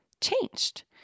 changed